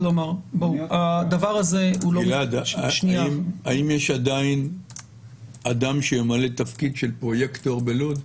האם יש עדיין אדם שימלא תפקיד של פרויקטור בלוד?